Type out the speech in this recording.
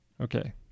Okay